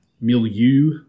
milieu